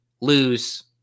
lose